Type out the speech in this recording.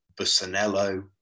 Busanello